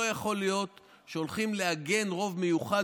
לא יכול להיות שהולכים לעגן רוב מיוחד